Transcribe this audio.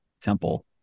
temple